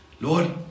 Lord